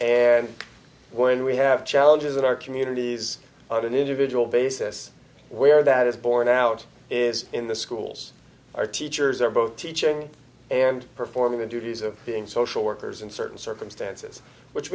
and when we have challenges in our communities on an individual basis where that is borne out is in the schools our teachers are both teaching and performing the duties of being social workers in certain circumstances which